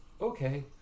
Okay